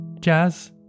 Jazz